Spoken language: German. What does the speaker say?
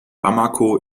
bamako